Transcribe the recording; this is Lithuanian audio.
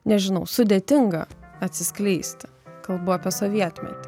nežinau sudėtinga atsiskleisti kalbu apie sovietmetį